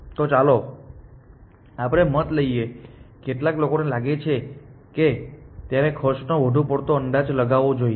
તો ચાલો આપણે મત લઈએ કેટલા લોકોને લાગે છે કે તેણે ખર્ચનો વધુ પડતો અંદાજ લગાવવો જોઈએ